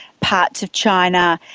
parts of china,